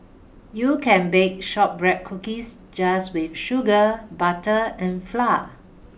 you can bake shortbread cookies just with sugar butter and flour